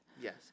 Yes